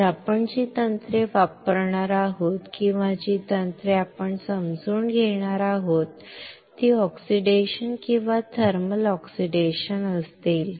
तर आपण जी तंत्रे वापरणार आहोत किंवा जी तंत्रे आपण समजून घेणार आहोत ती ऑक्सिडेशन किंवा थर्मल ऑक्सिडेशनअसतील